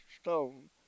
stone